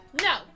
no